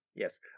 Yes